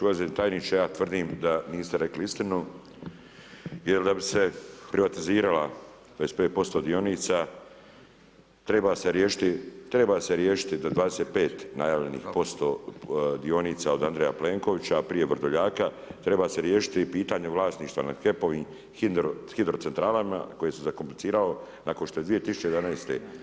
Uvaženi tajniče ja tvrdim da niste rekli istinu jel da bi se privatizirala 25% dionica treba se riješiti do 25 najavljenih posto dionica od Andreja Plenkovića, a prije Vrdoljaka, treba se riješiti pitanje vlasništva nad HEP-ovim hidrocentralama koje se zakompliciralo nakon što je 2011.